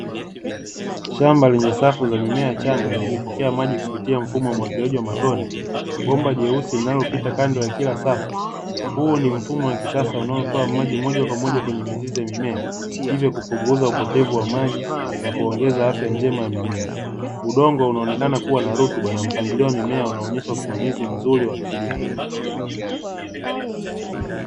Shamba lenye safu za mimea changa, zikipokea maji kupitia mfumo wa umwagiliaji wa matone. Bomba jeusi linalopita kando ya kila safu, huu ni mfumo unaotoa maji moja kwa moja kwenye mizizi ya mimea, hivyo kupunguza upotevu wa maji na kuongeza afya njema ya mimea. Udongo unaonekana kuwa na rutuba na mpangilio wa mimea inaonyesha usimamizi mzuri wa kilimo.